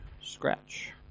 scratch